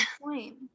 point